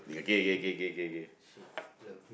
shit love